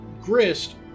Grist